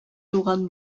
туган